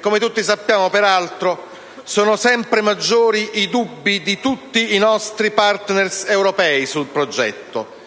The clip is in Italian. Come tutti sappiamo, peraltro, sono sempre maggiori i dubbi di tutti i nostri *partner* europei sul progetto: